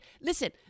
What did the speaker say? Listen